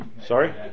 Sorry